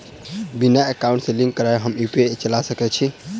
बिना एकाउंट सँ लिंक करौने हम यु.पी.आई चला सकैत छी?